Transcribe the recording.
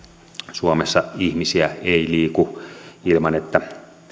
suomessa ihmisiä ei liiku ilman että